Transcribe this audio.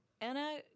Anna